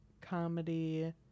comedy